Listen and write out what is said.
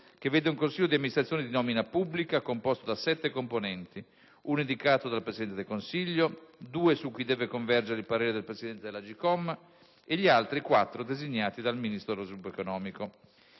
che vede un consiglio di amministrazione di nomina pubblica, composto da sette componenti: uno indicato dal Presidente del Consiglio, due su cui deve convergere il parere del Presidente dell'AGCOM, e gli altri quattro designati dal Ministro dello sviluppo economico.